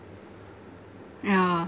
yeah